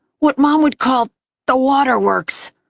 what mom would call the waterworks.